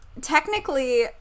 Technically